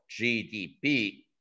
GDP